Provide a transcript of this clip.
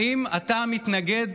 האם אתה מתנגד